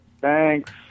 Thanks